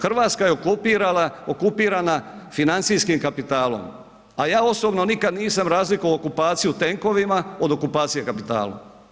Hrvatska okupirana financijskim kapitalom, a ja osobno nikad nisam razlikovao okupaciju tenkovima od okupacije kapitalom.